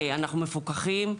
אנחנו מפוקחים,